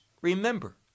remember